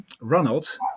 Ronald